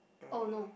oh no